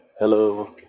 hello